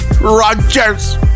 Rodgers